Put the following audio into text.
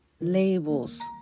labels